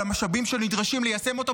על המשאבים שנדרשים ליישם אותו,